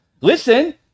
Listen